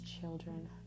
children